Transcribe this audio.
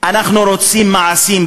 בסוף אנחנו רוצים מעשים.